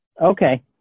Okay